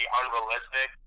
unrealistic